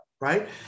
right